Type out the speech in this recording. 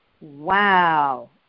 Wow